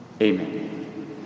Amen